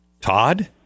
Todd